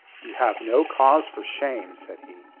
you have no cause for shame, said he.